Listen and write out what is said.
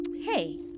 Hey